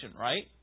right